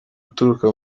uturuka